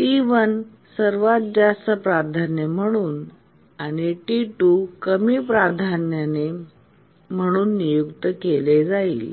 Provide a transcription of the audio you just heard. T1 सर्वात जास्त प्राधान्य म्हणून आणि T2 कमी प्राधान्याने म्हणून नियुक्त केले जाईल